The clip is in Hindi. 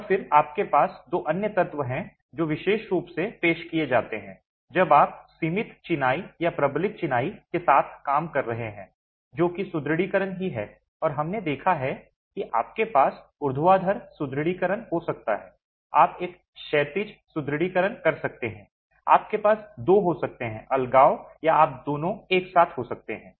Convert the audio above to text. और फिर आपके पास दो अन्य तत्व हैं जो विशेष रूप से पेश किए जाते हैं जब आप सीमित चिनाई या प्रबलित चिनाई के साथ काम कर रहे हैं जो कि सुदृढीकरण ही है और हमने देखा है कि आपके पास ऊर्ध्वाधर सुदृढीकरण हो सकता है आप एक क्षैतिज सुदृढीकरण कर सकते हैं आपके पास दो हो सकते हैं अलगाव या आप दोनों एक साथ हो सकते हैं